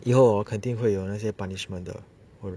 以后肯定会有那些 punishment 的